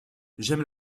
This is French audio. j’aime